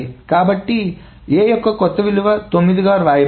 కాబట్టి A కొత్త విలువ 9 గా వ్రాయబడింది